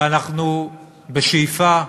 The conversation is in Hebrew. ואנחנו בשאיפה,